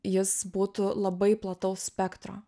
jis būtų labai plataus spektro